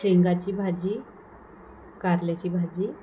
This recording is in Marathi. शेंगाची भाजी कारल्याची भाजी